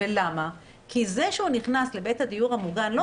כי זה שהוא נכנס לבית הדיור המוגן לא